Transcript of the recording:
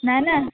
ના ના